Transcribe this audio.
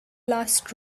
last